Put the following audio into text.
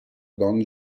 don